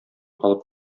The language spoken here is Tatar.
алып